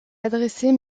adresser